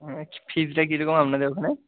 আচ্ছা ফিজটা কীরকম আপনাদের ওখানে